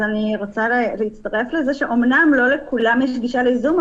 אני רוצה להצטרף לזה שאומנם לא לכולם יש גישה לזום,